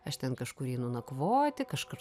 aš ten kažkur einu nakvoti kažkur